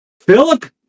Philip